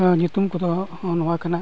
ᱧᱩᱛᱩᱢ ᱠᱚᱫᱚ ᱦᱚᱜᱼᱚ ᱱᱚᱣᱟ ᱠᱟᱱᱟ